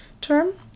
term